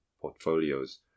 portfolios